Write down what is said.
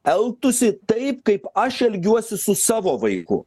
elgtųsi taip kaip aš elgiuosi su savo vaiku